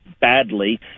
badly